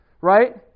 right